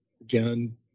again